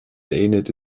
ähnelt